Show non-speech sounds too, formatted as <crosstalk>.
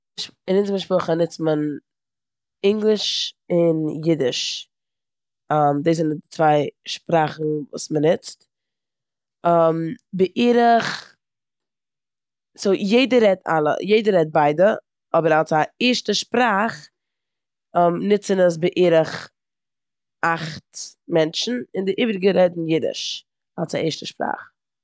ש- אין אונזער משפחה נוצט מען ענגליש און אידיש. <hesitation> דאס זענען די צוויי שפראכן וואס מ'נוצט. <hesitation> בערך, סאו יעדער רעדט אלע, יעדער רעדט ביידע אבער אלס א ערשטע שפראך נוצן עס בערך אכט מענטשן און די איבעריגע רעדן אידיש.